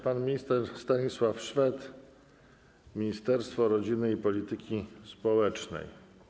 Pan minister Stanisław Szwed, Ministerstwo Rodziny i Polityki Społecznej.